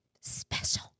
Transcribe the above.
special